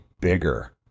bigger